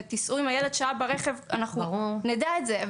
תסעו עם הילד שעה ברכב ותדעו את זה.